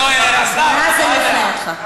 נאזם יפנה אותך.